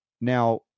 now